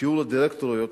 שיעור הדירקטוריות